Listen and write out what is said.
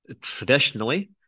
traditionally